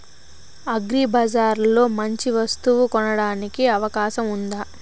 అగ్రిబజార్ లో మంచి వస్తువు కొనడానికి అవకాశం వుందా?